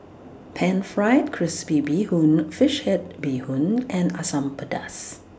Pan Fried Crispy Bee Hoon Fish Head Bee Hoon and Asam Pedas